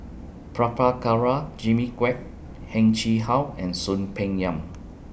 Prabhakara Jimmy Quek Heng Chee How and Soon Peng Yam